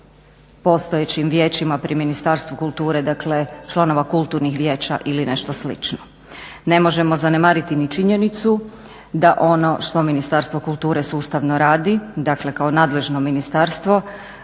postojećim vijećima pri Ministarstvu kulture dakle članova kulturnih vijeća ili nešto slično. Ne možemo zanemariti ni činjenicu da ono što Ministarstvo kulture sustavno radi dakle kao nadležno ministarstvo,